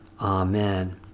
Amen